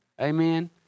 Amen